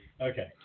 Okay